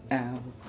out